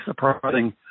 surprising